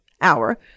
hour